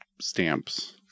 stamps